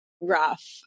rough